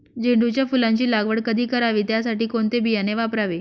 झेंडूच्या फुलांची लागवड कधी करावी? त्यासाठी कोणते बियाणे वापरावे?